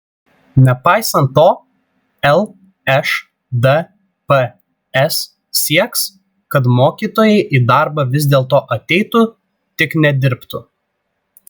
nepaisant to lšdps sieks kad mokytojai į darbą vis dėlto ateitų tik nedirbtų